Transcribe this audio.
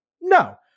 No